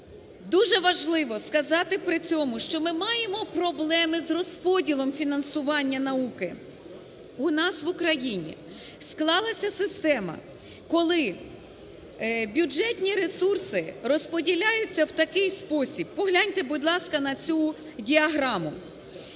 Дуже важливо сказати при цьому, що ми маємо проблеми з розподілом фінансування науки. У нас в Україні склалася система, коли бюджетні ресурси розподіляються в такий спосіб. Погляньте, будь ласка, на цю діаграму.